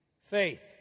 faith